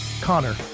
Connor